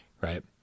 right